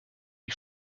die